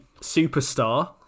superstar